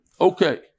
Okay